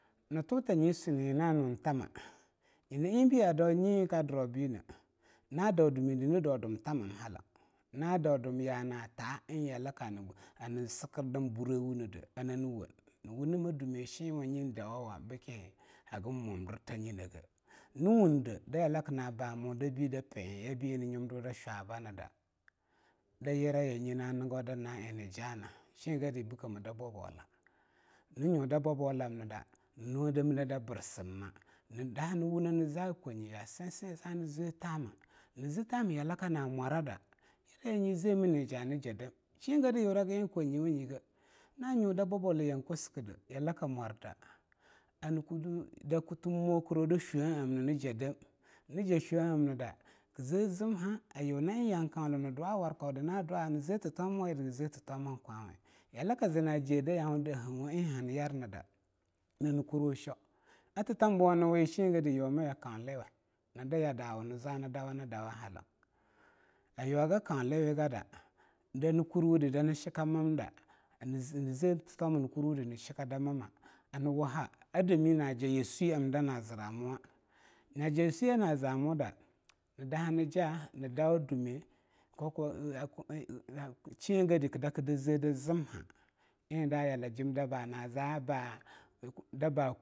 Ni thuta nyi sunniah na nun tamma nyina eing a daung nyi eing kaa duroh beaneh na dau dummied nii daung dum thamam halau, na daun dummi yaa na taa eing yalaka hanni sikkir daan burewunide a naa nii woang nii wunnemeh dummo shenwanyi daawoh beakie hagin mwamdirta nyine geh nii wung dea daa yaalaka naa baamu de pea ah hani nyunidu daa shwa ba nii da da yirayanye na niggo daa na eing nii jahna shenedi bikemi da babola nii nyu da ba bolam nida ni nuwa da milled birgimma nii daha nii wunne nii zaa konye ya seang seang zani zeei thama nii zie tamana yalaka na mwarada yiraya nye zea mii nii jaah nii jaa deam zezum heh na nyu da babola yan kossikedi yaalaka mwarda a nii kutean mokiro daa shoamna nii jaadem nii jah shohamnida kii zea zimha a yuh nanni yan kaunla nii dwa warkaudi naa dwa nii zea thitomiwayeadi naa zeah, thitoman kwahweh, yaa laka zina jea da yang wuh da heauwo eing hani yarnida nani kurwu sheaw a thitambuwani shengedi nii zaa nii dawa nii da wa halau a yuwag kauliwugada nyina daa yaa dawa nii zaa nii dawani daawa halaung aa yuwagi kaunliwugada danii kurwudi danin shikka mamda nii zea thitoma nii kurwu di nii shikka mamma anii wahha a damini naa jah yosieai daa naa ziramuwa nii yosieai na zaa mu da ni daha nii jaa nii dawa dummeh ko kuwa shengedi kii dah kie zea daa zimha eing daa yaala jem baa na zaa da bal.